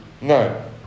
No